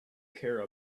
care